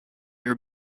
your